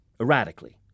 erratically